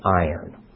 iron